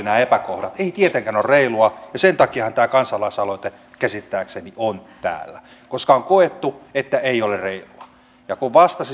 ei tietenkään ole reilua ja sen takiahan tämä kansalaisaloite käsittääkseni on täällä koska on koettu että ei ole reilua